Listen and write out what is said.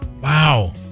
Wow